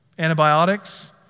antibiotics